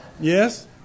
Yes